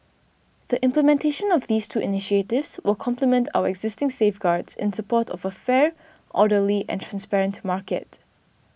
the implementation of these two initiatives will complement our existing safeguards in support of a fair orderly and transparent market